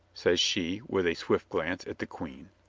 says she, with a swift glance at the queen.